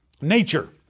Nature